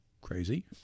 crazy